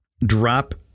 drop